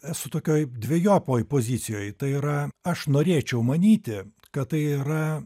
esu tokioj dvejopoj pozicijoj tai yra aš norėčiau manyti kad tai yra